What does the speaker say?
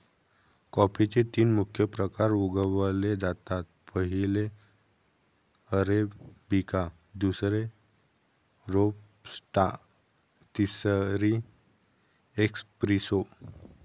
कॉफीचे तीन मुख्य प्रकार उगवले जातात, पहिली अरेबिका, दुसरी रोबस्टा, तिसरी एस्प्रेसो